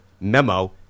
memo